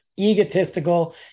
egotistical